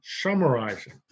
summarizing